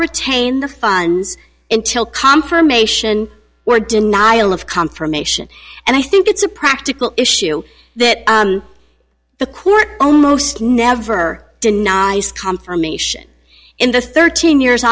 retain the funds intil confirmation or denial of confirmation and i think it's a practical issue that the court almost never denies confirmation in the thirteen years